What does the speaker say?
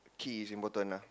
key is important ah